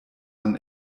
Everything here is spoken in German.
man